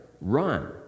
run